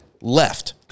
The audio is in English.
left